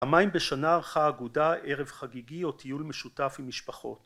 ‫פעמיים בשנה ערכה האגודה, ערב חגיגי ‫או טיול משותף עם משפחות.